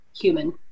human